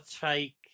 take